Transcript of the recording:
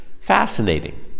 fascinating